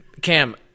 Cam